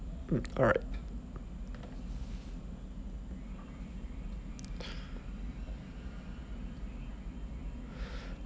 hmm all right